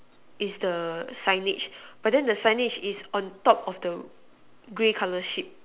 is the signage but then the signage is on top of the grey colour sheep